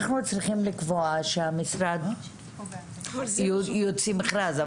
אנחנו צריכים לקבוע שהמשרד יוציא מכרז,